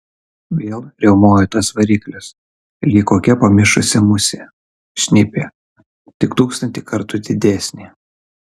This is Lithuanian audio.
vėl riaumojo tas variklis lyg kokia pamišusi musė šnipė tik tūkstantį kartų didesnė